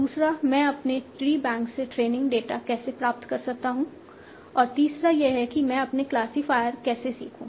दूसरा मैं अपने ट्रीबैंक से ट्रेनिंग डेटा कैसे प्राप्त कर सकता हूं और तीसरा यह है कि मैं अपने क्लासीफायर कैसे सीखूं